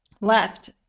left